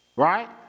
Right